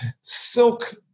silk